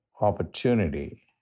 opportunity